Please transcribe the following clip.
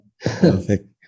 Perfect